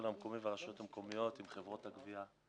המקומי והרשויות המקומיות עם חברות הגבייה.